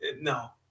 no